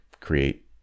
create